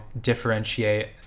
differentiate